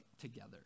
together